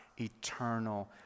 eternal